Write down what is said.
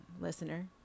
listener